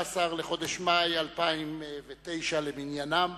19 לחודש מאי 2009 למניינם.